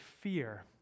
fear